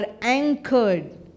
anchored